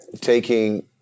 taking